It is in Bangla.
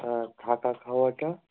আর থাকা খাওয়াটা